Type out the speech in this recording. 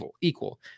equal